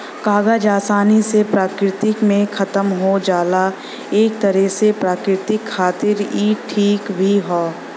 कागज आसानी से प्रकृति में खतम हो जाला एक तरे से प्रकृति खातिर इ ठीक भी हौ